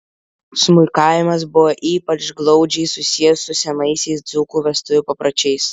smuikavimas buvo ypač glaudžiai susijęs su senaisiais dzūkų vestuvių papročiais